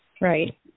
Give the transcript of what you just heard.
right